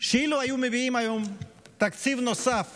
שאילו היו מביאים היום תקציב נוסף